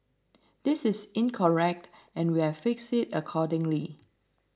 this is incorrect and we've fixed it accordingly